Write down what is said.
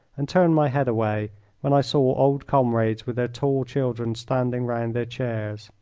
and turn my head away when i saw old comrades with their tall children standing round their chairs.